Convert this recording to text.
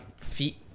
feet